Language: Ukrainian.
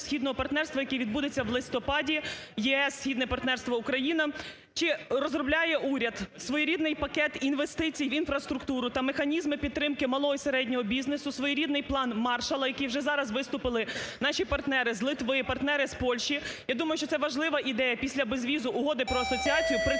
східного партнерства, який відбудеться в листопаді ЄС "Східне партнерство" - Україна, чи розробляє уряд своєрідний пакет інвестицій в інфраструктуру та механізми підтримки малого і середнього бізнесу, своєрідний "План Маршалла", які вже зараз виступили наші партнери з Литви, партнери з Польщі. Я думаю, що це важлива ідея після безвізу, Угоди про асоціацію